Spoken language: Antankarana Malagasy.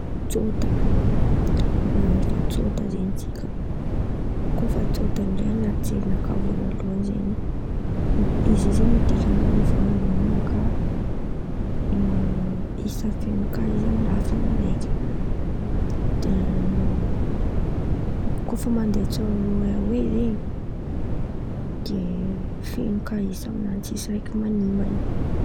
Tsôta, eo amy faha tsôta zen̈y tsika, kô tsôta zen̈y an̈aty jerinakà vônaloan̈y zen̈y izy io zen̈y dikan̈y vônaloan̈y amy nakà isa feno kà izy amy lafiny araiky de kô fa mandeha tsiaroeraoe zen̈y de feno kà isa aminany tsisy araiky manimban̈a.